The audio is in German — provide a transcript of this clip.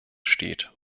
steht